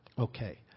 Okay